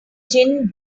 gin